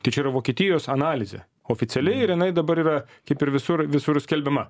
tai čia yra vokietijos analizė oficialiai ir jinai dabar yra kaip ir visur visur skelbiama